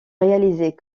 réalisée